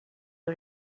are